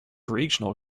regional